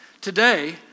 Today